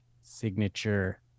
signature